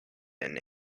and